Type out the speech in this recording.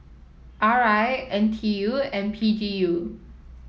R I N T U and P G U